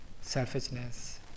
selfishness